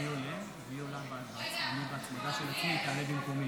בילה בפסטיבל ברעים.